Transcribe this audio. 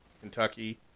kentucky